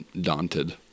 daunted